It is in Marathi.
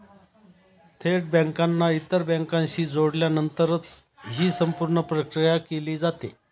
थेट बँकांना इतर बँकांशी जोडल्यानंतरच ही संपूर्ण प्रक्रिया केली जाते